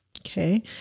Okay